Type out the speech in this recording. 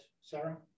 Sarah